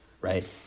right